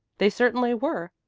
they certainly were.